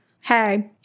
hey